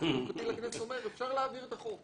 היועץ המשפטי של הכנסת אומר: אפשר להעביר את החוק,